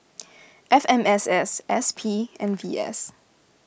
F M S S S P and V S